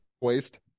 waste